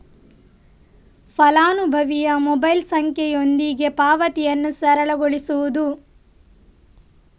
ಫಲಾನುಭವಿಯ ಮೊಬೈಲ್ ಸಂಖ್ಯೆಯೊಂದಿಗೆ ಪಾವತಿಯನ್ನು ಸರಳಗೊಳಿಸುವುದು